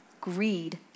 Greed